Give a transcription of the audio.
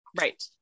Right